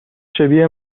شبیه